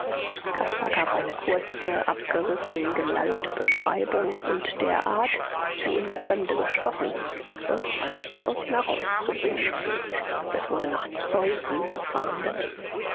caspar gab eine kurze abgerissen gelallte beschreibung und der art wie ihn der fremde gestochen sonst war nichts aus ihm herauszubringen es wurde nach zeugen gefahndet